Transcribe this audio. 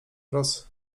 roz